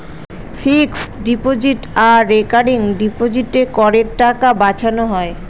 fixed deposit আর recurring ডিপোজিটে করের টাকা বাঁচানো হয়